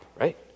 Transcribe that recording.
right